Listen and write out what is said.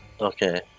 Okay